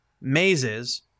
mazes